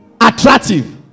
attractive